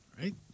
Right